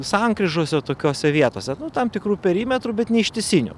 sankryžose tokiose vietose nu tam tikru perimetru bet neištisiniu